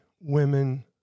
women